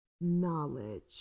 knowledge